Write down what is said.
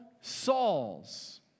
Saul's